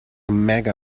mega